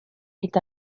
est